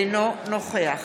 אינו נוכח